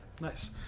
Nice